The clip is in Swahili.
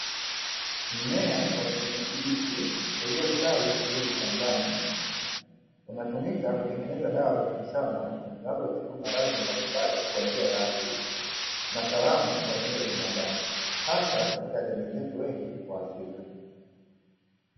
Mmea wa kijinga kibiachi uliostawi vizuri shambani unatumika kutengeneza dawa za miti shamba zinazotibu maradhi mbalimbali kwa njia ya asili na salama kwa miili ya binadamu, hasa katika jamii zetu wengi wa Afrika.